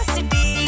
City